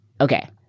Okay